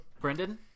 Brendan